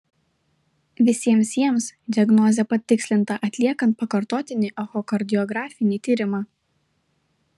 visiems jiems diagnozė patikslinta atliekant pakartotinį echokardiografinį tyrimą